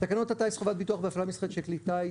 תקנות הטיס (חובת ביטוח בפעלה מסחרית של כלי טיס),